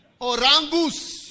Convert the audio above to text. Orangus